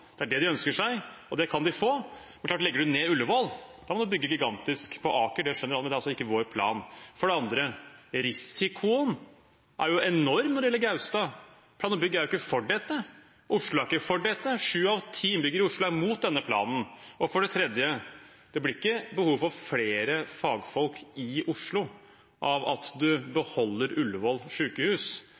Det er det de ønsker seg, og det kan de få. Men det er klart, legger man ned Ullevål, må man bygge gigantisk på Aker, det skjønner alle, men det er altså ikke vår plan. For det andre: Risikoen er enorm når det gjelder Gaustad. Plan og bygg er ikke for dette. Oslo er ikke for dette. Sju av ti innbyggere i Oslo er mot denne planen. For det tredje: Det blir ikke behov for flere fagfolk i Oslo av at man beholder Ullevål